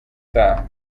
utaha